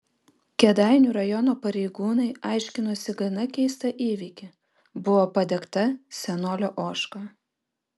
kėdainių rajono pareigūnai aiškinosi gana keistą įvykį buvo padegta senolio ožka